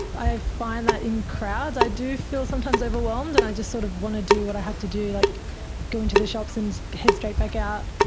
i find that in crowds i do feel sometimes overwhelmed and i just sort of want to do what i have to do, like go in to the shops and head straight back out,